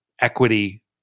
equity